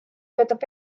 töötab